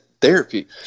therapy